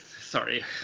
sorry